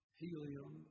helium